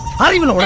hide even